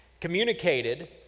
communicated